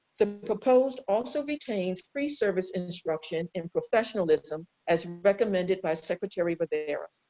the proposed also retains pre service instruction and professionalism, as recommended by secretary, but there are,